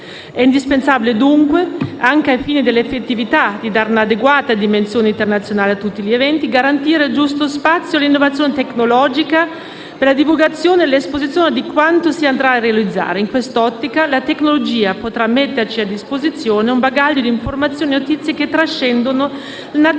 È indispensabile dunque, anche ai fini dell'effettività di dare un'adeguata dimensione internazionale a tutti gli eventi, garantire il giusto spazio all'innovazione tecnologica per la divulgazione e l'esposizione di quanto si andrà a realizzare. In quest'ottica la tecnologia potrà metterci a disposizione un bagaglio di informazioni e notizie che trascendono le naturali